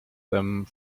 them